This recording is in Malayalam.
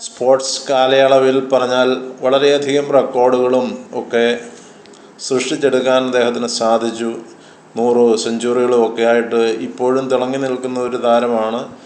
സ്പോർട്സ് കാലയളവിൽ പറഞ്ഞാൽ വളരെയധികം റെക്കോർഡുകളും ഒക്കെ സൃഷ്ടിച്ചെടുക്കാൻ അദ്ദേഹത്തിന് സാധിച്ചു നൂറ് സെഞ്ച്വറികളുമൊക്കെ ആയിട്ട് ഇപ്പോഴും തിളങ്ങി നിൽക്കുന്ന ഒരു താരമാണ്